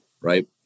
right